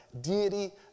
deity